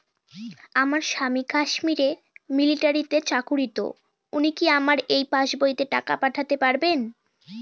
আমার স্বামী কাশ্মীরে মিলিটারিতে চাকুরিরত উনি কি আমার এই পাসবইতে টাকা পাঠাতে পারবেন?